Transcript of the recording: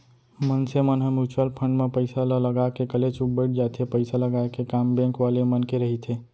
मनसे मन ह म्युचुअल फंड म पइसा ल लगा के कलेचुप बइठ जाथे पइसा लगाय के काम बेंक वाले मन के रहिथे